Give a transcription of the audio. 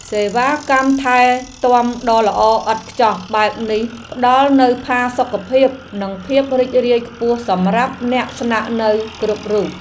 សេវាកម្មថែទាំដ៏ល្អឥតខ្ចោះបែបនេះផ្តល់នូវផាសុកភាពនិងភាពរីករាយខ្ពស់សម្រាប់អ្នកស្នាក់នៅគ្រប់រូប។